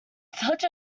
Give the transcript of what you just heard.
such